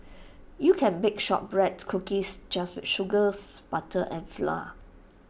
you can bake Shortbread Cookies just with sugars butter and flour